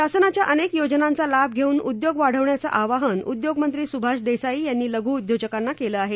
शासना या अनेक योजनांचा लाभ घेऊन उ ोग वाढव याचं आवाहन उ ोग मं ी सुभाष देसाई यांनी लघु उ ोजकांना केलं आहे